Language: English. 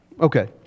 Okay